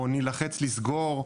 או נלחץ לסגור,